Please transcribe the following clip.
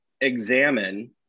examine